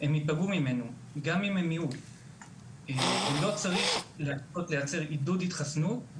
הם יפגעו ממנו גם אם --- ולא צריך לייצר עידוד התחסנות.